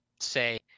say